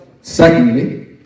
Secondly